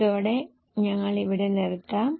അതിനാൽ ഇത് ഇവിടെ നിർത്തും